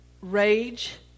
rage